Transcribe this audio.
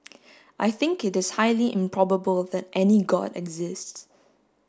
I think it is highly improbable that any god exists